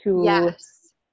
Yes